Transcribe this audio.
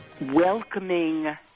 welcoming